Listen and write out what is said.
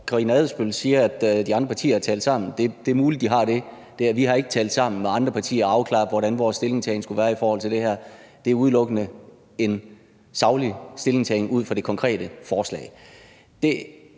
Karina Adsbøl siger, at de andre partier har talt sammen, så er det muligt, at de har det, men vi har ikke talt sammen med andre partier og afklaret, hvordan vores stillingtagen skulle være i det her. Det er udelukkende en saglig stillingtagen ud fra det konkrete forslag.